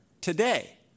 today